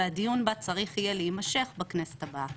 והדיון בה צריך יהיה להימשך בכנסת הבאה.